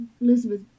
Elizabeth